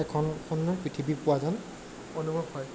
এখন সুন্দৰ পৃথিৱী পোৱা যেন অনুভৱ হয়